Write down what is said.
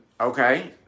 okay